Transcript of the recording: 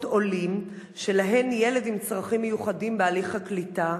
עולים שלהם ילד עם צרכים מיוחדים בהליך הקליטה?